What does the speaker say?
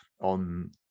on